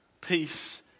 peace